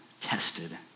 Tested